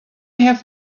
have